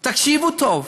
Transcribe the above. תקשיבו טוב: